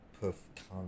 poof